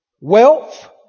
Wealth